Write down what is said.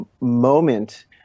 moment